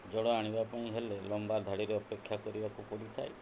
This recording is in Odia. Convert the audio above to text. ଜଳ ଆଣିବା ପାଇଁ ହେଲେ ଲମ୍ବା ଧାଡ଼ିର ଅପେକ୍ଷା କରିବାକୁ ପଡ଼ିଥାଏ